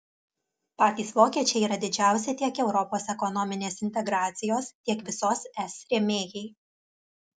patys vokiečiai yra didžiausi tiek europos ekonominės integracijos tiek visos es rėmėjai